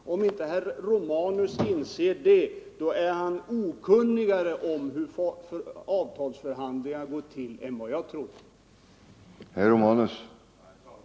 Ifall inte herr Romanus inser det, är han okunnigare om hur avtalsförhandlingarna går till än vad jag utgick ifrån när jag formulerade mitt svar.